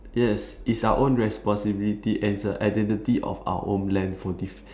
yes is our own responsibility and it's a identity of our homeland for de~